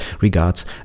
regards